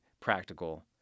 practical